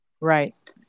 Right